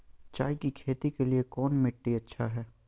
चाय की खेती के लिए कौन मिट्टी अच्छा हाय?